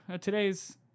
today's